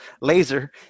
laser